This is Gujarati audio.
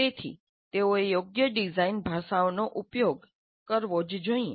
તેથી તેઓએ યોગ્ય ડિઝાઇન ભાષાઓનો ઉપયોગ કરવો જ જોઇએ